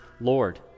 Lord